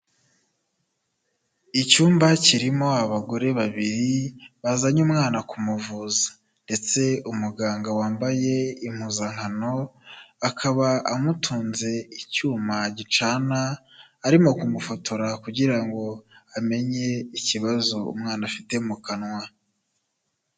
Icyumba kirimo abagore babiri, bazanye umwana kumuvuza. Ndetse umuganga wambaye impuzankano, akaba amutunze icyuma gicana, arimo kumufotora, kugira ngo amenye ikibazo umwana afite mu kanwa.